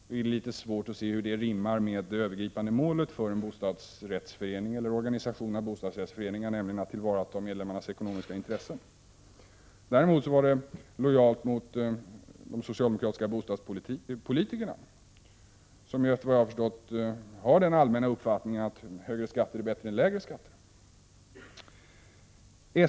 Det är litet svårt att se hur det rimmar med det övergripande målet för en bostadsrättsförening eller en organisation av bostadsrättsföreningar, nämligen att tillvarata medlemmarnas ekonomiska intressen. Däremot var det lojalt mot de socialdemokratiska bostadspolitikerna, som efter vad jag förstått har den uppfattningen att högre skatter är bättre än lägre skatter.